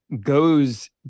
goes